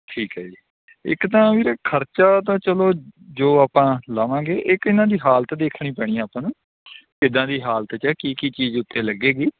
ਠੀਕ ਹੈ ਜੀ ਇੱਕ ਤਾਂ ਵੀਰ ਖਰਚਾ ਤਾਂ ਚਲੋ ਜੋ ਆਪਾਂ ਲਵਾਂਗੇ ਇੱਕ ਇਹਨਾਂ ਦੀ ਹਾਲਤ ਦੇਖਣੀ ਪੈਣੀ ਆਪਾਂ ਨੂੰ ਕਿੱਦਾਂ ਦੀ ਹਾਲਤ 'ਚ ਹੈ ਕੀ ਕੀ ਚੀਜ਼ ਉੱਤੇ ਲੱਗੇਗੀ